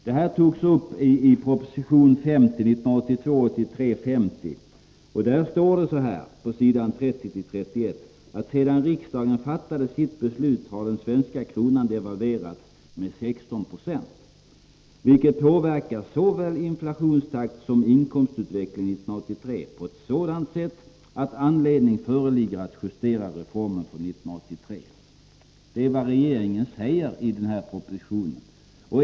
Detta togs upp på s. 30-31 i proposition 1982/83:50: ”Sedan riksdagen fattade sitt beslut har den svenska kronan devalverats med 16 96, vilket påverkar såväl inflationstakt som inkomstutveckling 1983 på ett sådant sätt att anledning föreligger att justera reformen för 1983.” Det är vad regeringen säger i denna proposition.